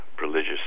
religious